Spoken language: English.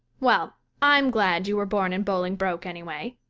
well, i'm glad you were born in bolingbroke anyway.